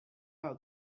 out